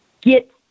get